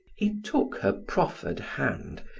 he took her proffered hand,